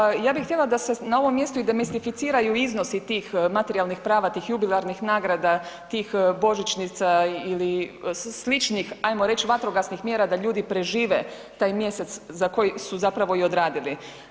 Kolega, pa ja bi htjela da se na ovom mjestu demistificiraju iznosi tih materijalnih prava, tih jubilarnih nagrada, tih božićnica ili sličnih ajmo reći vatrogasnih mjera da ljudi prežive taj mjesec za koji su zapravo i odradili.